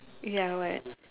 ya what